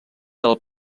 del